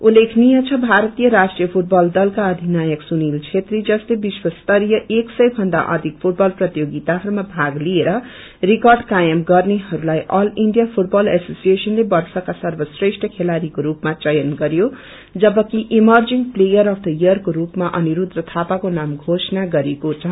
उल्लेखलीय छ भारतीय राष्ट्रिय फूटबल दलका अधिनायक सुनिल छेत्री जसले विश्वस्तरीय एक सय भन्दा अधिक फूटबल प्रतियोगिताहरूमा भाग लिएर रिर्कड कायम गर्नेहरूलाई अल इण्डिया फूटबल एसोसिएशनले वर्षका सर्वश्रेष्ठ खेलाड़ीको स्पामा चयन गरयो जबकि emerging player of the year को स्पामा अनिस्छ थापाको नाम घोषणा गरेको छ